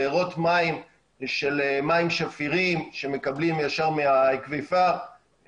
של מים שפירים שמקבלים ישר מהאקוויפר,